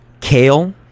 kale